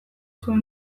zuen